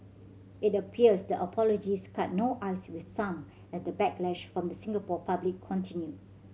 it appears the apologies cut no ice with some as the backlash from the Singapore public continued